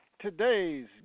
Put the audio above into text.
Today's